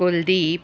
Kuldeep